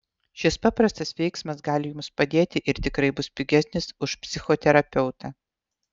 šis paprastas veiksmas gali jums padėti ir tikrai bus pigesnis už psichoterapeutą